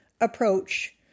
approach